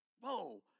whoa